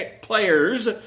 players